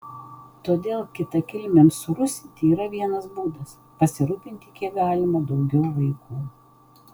todėl kitakilmiams surusinti yra vienas būdas pasirūpinti kiek galima daugiau vaikų